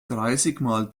dreißigmal